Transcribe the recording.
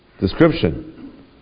description